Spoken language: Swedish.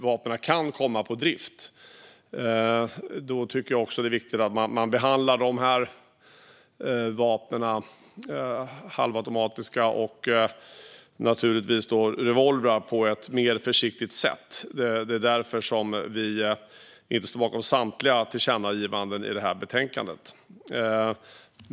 Det är därför viktigt att man behandlar halvautomatiska vapen och revolvrar på ett mer försiktigt sätt. Därför står vi inte bakom samtliga förslag om tillkännagivanden i betänkandet.